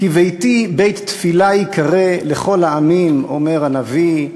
"כי ביתי בית תפִלה יקרא לכל העמים", אומר הנביא,